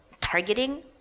targeting